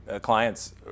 clients